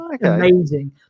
amazing